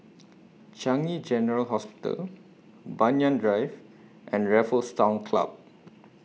Changi General Hospital Banyan Drive and Raffles Town Club